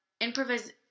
improvisation